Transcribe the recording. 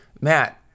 Matt